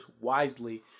wisely